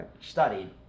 studied